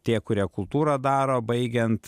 tie kurie kultūrą daro baigiant